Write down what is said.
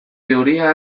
teoria